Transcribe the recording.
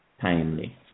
timely